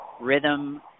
rhythm